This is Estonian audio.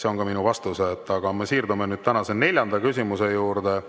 See on minu vastus. Aga siirdume nüüd tänase neljanda küsimuse juurde.